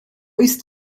ist